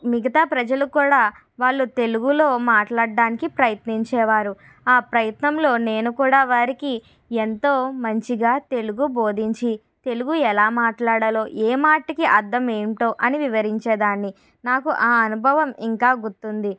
మిగతా ప్రజలు కూడా వాళ్ళు తెలుగులో మాట్లాడడానికి ప్రయత్నించేవారు ఆ ప్రయత్నంలో నేను కూడా వారికి ఎంతో మంచిగా తెలుగు బోధించి తెలుగు ఎలా మాట్లాడాలో ఏ మాటకి అర్థం ఏంటో అని వివరించే దాని నాకు ఆ అనుభవం ఇంకా గుర్తుంది